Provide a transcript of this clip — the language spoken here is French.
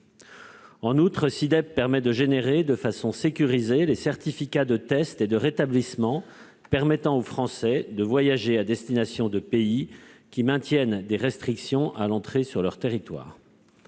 pas que SI-DEP génère de manière sécurisée les certificats de test et de rétablissement permettant aux Français de voyager à destination de pays qui maintiennent des restrictions à l'entrée sur leur territoire.